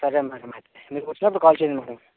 సరే మేడమ్ అయితే మీరు వచ్చినప్పుడు కాల్ చేయండి మేడమ్